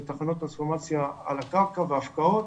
ותחנות טרנספורמציה על הקרקע והפקעות,